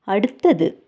அடுத்தது